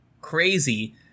crazy